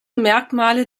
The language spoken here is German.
merkmale